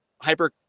Hyper